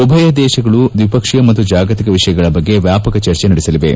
ಉಭಯ ದೇಶಗಳು ದ್ವಿಪಕ್ಷೀಯ ಮತ್ತು ಜಾಗತಿಕ ವಿಷಯಗಳ ಬಗ್ಗೆ ವ್ಯಾಪಕ ಚರ್ಜೆ ನಡೆಸಲಿವೆ